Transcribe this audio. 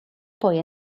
poi